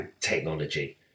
technology